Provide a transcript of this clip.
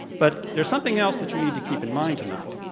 but there's something else that you need to keep in mind tonight.